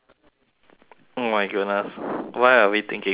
oh my goodness why are we thinking the same way